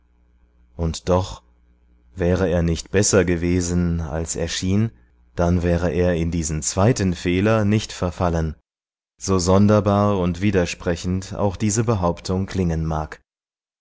und doch wäre er nicht besser gewesen als er schien dann wäre er in diesen zweiten fehler nicht verfallen so sonderbar und widersprechend auch diese behauptung klingen mag